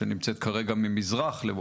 שנמצאת כרגע מדרום